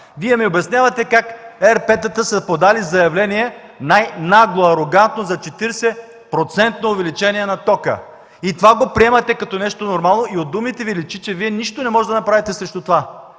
Вие ми обяснявате как ЕРП-тата са подали заявление – най-нагло, арогантно, за 40-процентно увеличение на тока. И приемате това като нещо нормално, и от думите Ви личи, че Вие нищо не можете да направите срещу това.